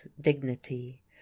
dignity